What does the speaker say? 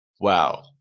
Wow